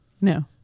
no